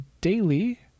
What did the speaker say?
daily